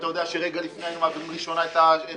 ואתה יודע שרגע לפני הפיזור היינו מעבירים בראשונה את השיפוצים.